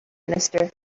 minister